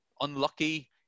unlucky